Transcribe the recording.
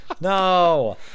No